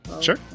sure